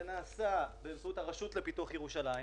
זה נעשה באמצעות הרשות לפיתוח ירושלים.